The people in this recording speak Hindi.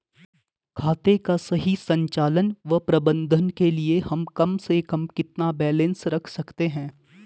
खाते का सही संचालन व प्रबंधन के लिए हम कम से कम कितना बैलेंस रख सकते हैं?